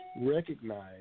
recognize